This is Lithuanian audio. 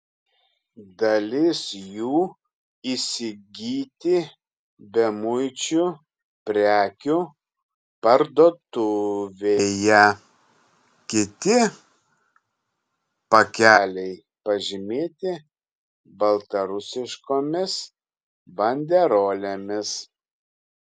dalis jų įsigyti bemuičių prekių parduotuvėje kiti pakeliai pažymėti baltarusiškomis banderolėmis